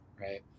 Right